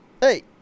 Hey